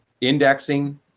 indexing